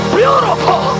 beautiful